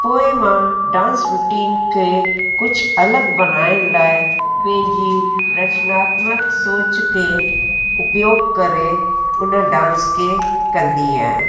पोइ मां dance routine खे कुझु अलॻि बनाइण लाइ पंहिंजी रचनात्मक सोच खे उपयोग करे हुन डांस खे कंदी आहियां